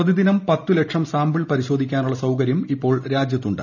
പ്രതിദിനം പത്തുലക്ഷം സാമ്പിൾ പരിശോധിക്കാനുള്ള സൌകര്യം രാജ്യത്തുണ്ട്